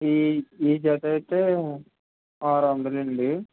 ఈ ఈ జతైతే ఆరు వందలండి